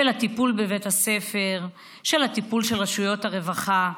של הטיפול בבית הספר ושל הטיפול של רשויות הרווחה.